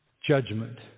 judgment